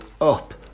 up